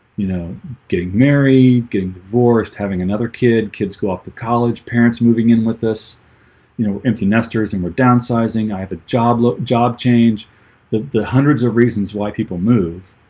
you know getting married getting divorced having another kid kids go off to college parents moving in with this you know empty nesters and we're downsizing i had the job look job change the the hundreds of reasons why people move